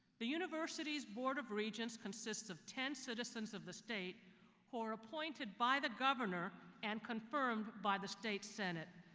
the university's board of regents consists of ten citizens of the state who are appointed by the governor and confirmed by the state senate.